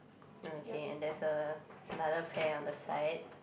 okay and there's a another pear on the side